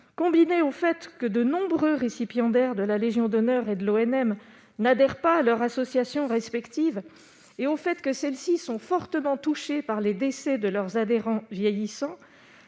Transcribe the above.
combiné au fait que de nombreux récipiendaires de la Légion d'honneur et de l'ONM n'adhère pas à leur association respective et au fait que celles-ci sont fortement touché par les décès de leurs adhérents vieillissant,